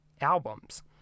albums